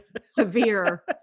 severe